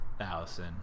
Allison